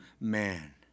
man